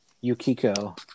Yukiko